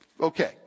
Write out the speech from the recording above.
okay